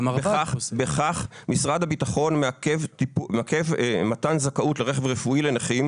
בכך משרד הביטחון מעכב מתן זכאות לרכב רפואי לנכים,